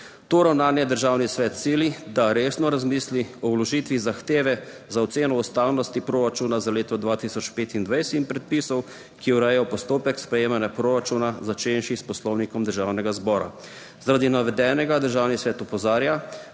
To ravnanje Državni svet sili, da resno razmisli o vložitvi zahteve za oceno ustavnosti proračuna za leto 2025 in predpisov, ki urejajo postopek sprejemanja proračuna, začenši s Poslovnikom Državnega zbora. Zaradi navedenega Državni svet opozarja,